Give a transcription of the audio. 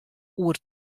oer